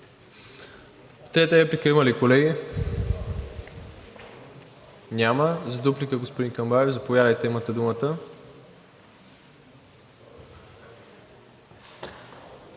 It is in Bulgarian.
Трета реплика има ли, колеги? Няма. Дуплика – господин Камбарев, заповядайте, имате думата.